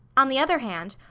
on the other hand,